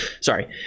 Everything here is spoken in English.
sorry